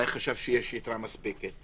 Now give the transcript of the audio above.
אולי חשב שיש יתרה מספקת.